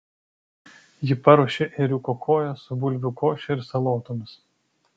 ji paruošė ėriuko koją su bulvių koše ir salotomis